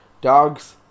dogs